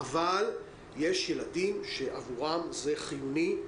אבל יש ילדים שעבורם זה חיוני.